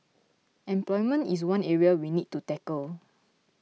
employment is one area we need to tackle